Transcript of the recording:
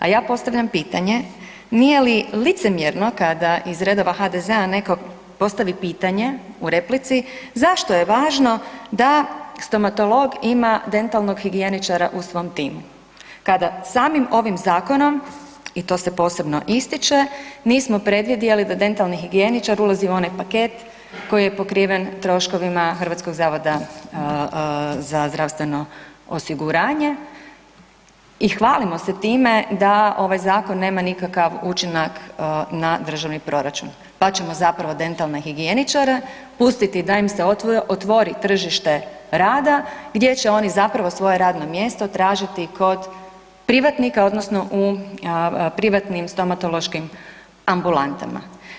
A ja postavljam pitanje, nije li licemjerno kada iz redova HDZ-a neko postavi pitanje u replici, zašto je važno da stomatolog ima dentalnog higijeničara u svom timu kada samim ovim zakonom i to se posebno ističe, nismo previdjeli da dentalni higijeničar ulazi u onaj paket koji je pokriven troškovima HZZO-a i hvalimo se time da ovaj zakon nema nikakav učinak na državni proračun pa ćemo zapravo dentalne higijeničare pustiti da im se otvori tržište rada gdje će oni zapravo svoja radna mjesta tražiti kod privatnika odnosno u privatnim stomatološkim ambulantama?